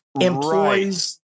employees